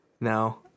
No